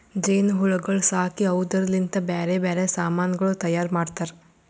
ಜೇನು ಹುಳಗೊಳ್ ಸಾಕಿ ಅವುದುರ್ ಲಿಂತ್ ಬ್ಯಾರೆ ಬ್ಯಾರೆ ಸಮಾನಗೊಳ್ ತೈಯಾರ್ ಮಾಡ್ತಾರ